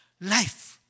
life